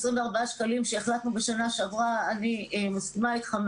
24 שקלים שהחלטנו בשנה שעברה אני מסכימה אתך,